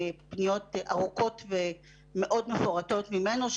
פניות ארוכות ומאוד מפורטות ממנו,